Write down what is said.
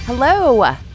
Hello